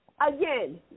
Again